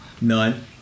None